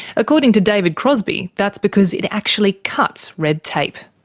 according to david crosbie, that's because it actually cuts red tape.